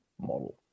model